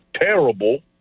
terrible